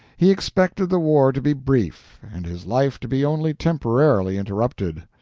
he expected the war to be brief, and his life to be only temporarily interrupted.